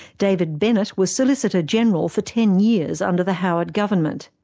david bennett was solicitor-general for ten years under the howard government.